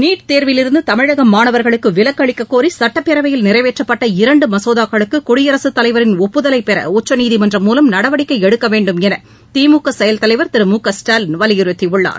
NEET தேர்விலிருந்து தமிழக மாணவர்களுக்கு விலக்கு அளிக்கக் கோரி சட்டப்பேரவையில் நிறைவேற்றப்பட்ட இரன்டு மசோதாக்களுக்கு குடியரசுத் தலைவரின் ஒப்புதலைப் பெற உச்சநீதிமன்றம் முலம் நடவடிக்கை எடுக்க வேண்டும் என திமுக செயல் தலைவர் திரு மு க ஸ்டாலின் வலியுறுத்தியுள்ளார்